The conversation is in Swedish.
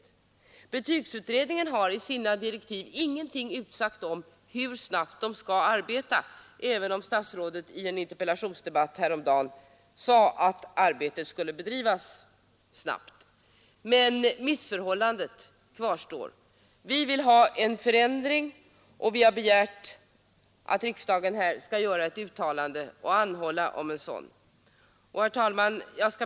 I betygsutredningens direktiv finns ingenting utsagt om hur snabbt den skall arbeta, även om statsrådet i en interpellationsdebatt härom dagen sade att arbetet skulle bedrivas snabbt. Men missförhållandet kvarstår. Vi vill ha en förändring, och vi har begärt att riksdagen i ett uttalande skall anhålla om en sådan. Herr talman!